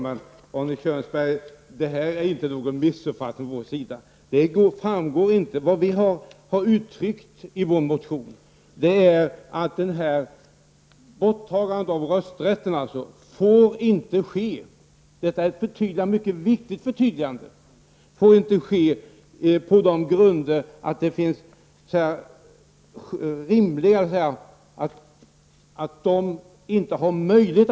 Herr talman! Detta är inte någon missuppfattning från vår sida, Arne Kjörnsberg. Det vi har uttryckt i vår motion är att ett borttagande av rösträtt inte får ske på den grunden att länderna inte har möjlighet att betala, och detta är ett mycket viktigt förtydligande.